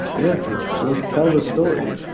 yeah, let's let's tell the story.